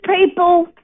people